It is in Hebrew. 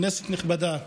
כנסת נכבדה,